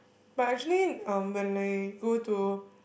but actually um when I go to